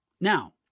Now